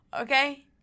Okay